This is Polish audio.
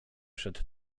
przed